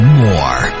more